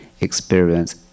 experience